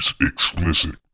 explicit